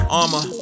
armor